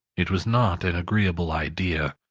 it was not an agreeable idea.